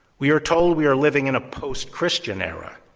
we are told we are living in a post-christian era,